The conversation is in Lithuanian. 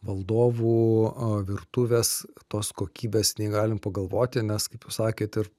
valdovų virtuvės tos kokybės nei galim pagalvoti nes kaip jau sakėt ir